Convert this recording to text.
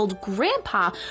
grandpa